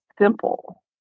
simple